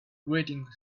grating